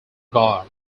god